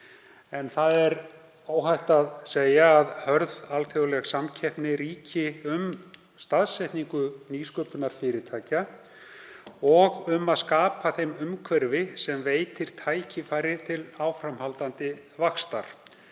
Óhætt er að segja að hörð alþjóðleg samkeppni ríki um staðsetningu nýsköpunarfyrirtækja og um að skapa umhverfi sem veitir þeim tækifæri til áframhaldandi vaxtar.